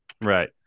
right